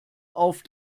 auf